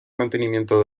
mantenimiento